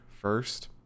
first